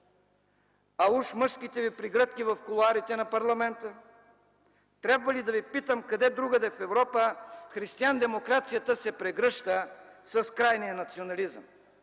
А уж мъжките ви прегръдки в кулоарите на парламента? Трябва ли да ви питам: къде другаде в Европа християндемокрацията се прегръща с крайния национализъм?